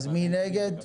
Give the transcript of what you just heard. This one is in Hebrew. מי נגד?